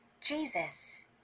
Jesus